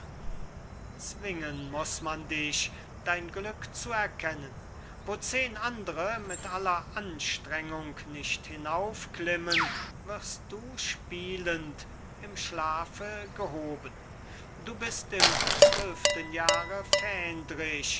zwingen muß man dich dein glück zu erkennen wo zehn andre mit aller anstrengung nicht hinaufklimmen wirst du spielend im schlafe gehoben du bist im zwölften jahre